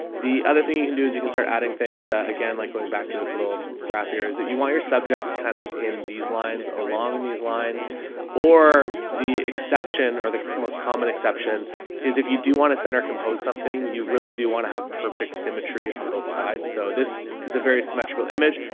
the other thing you can do is you can start adding things that again, like going back to this little graph here, is that you want your subjects kind of in these lines along these lines or the exception or the most common exception is if you do want to send or compose something, you really do want to have perfect symmetry on both sides. so this is a very symmetrical image.